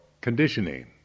conditioning